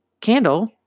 candle